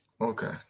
Okay